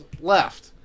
left